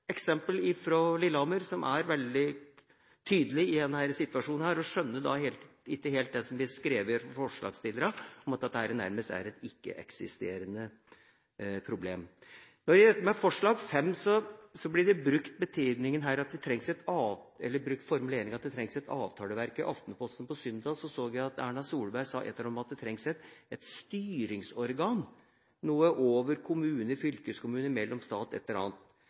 eksempel fra Lillehammer som er veldig tydelig i denne situasjonen, og jeg skjønner ikke helt det som blir skrevet av forslagsstillerne om at dette er et nærmest ikke-eksisterende problem. Når det gjelder forslag nr. 5, brukes formuleringen at det trengs et avtaleverk. I Aftenposten på søndag så jeg at Erna Solberg sa et eller annet om at det trengs et styringsorgan, noe over